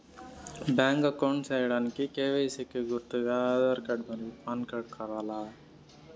Bank account సేయడానికి KYC కి గుర్తుగా ఆధార్ కార్డ్ మరియు పాన్ కార్డ్ కావాలా?